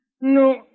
No